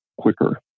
quicker